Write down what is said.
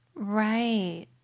Right